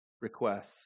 Requests